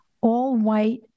all-white